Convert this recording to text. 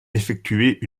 effectuer